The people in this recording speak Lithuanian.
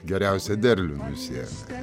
geriausią derlių nusiėmė